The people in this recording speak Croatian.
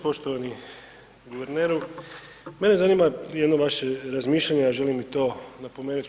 Poštovani guverneru, mene zanima jedno vaše razmišljanje, a želim i to napomenuti.